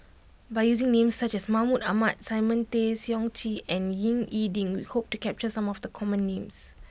by using names such as Mahmud Ahmad Simon Tay Seong Chee and Ying E Ding we hope to capture some of the common names